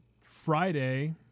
Friday